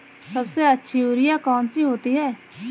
सबसे अच्छी यूरिया कौन सी होती है?